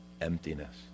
emptiness